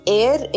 air